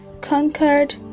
conquered